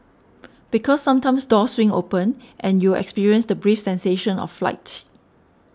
because sometimes doors swing open and you'll experience the brief sensation of flight